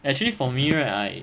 actually for me right I